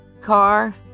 car